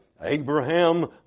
Abraham